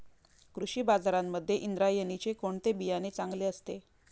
कृषी बाजारांमध्ये इंद्रायणीचे कोणते बियाणे चांगले असते?